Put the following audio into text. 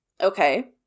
Okay